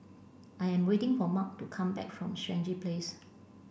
I am waiting for Mark to come back from Stangee Place